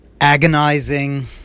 agonizing